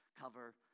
cover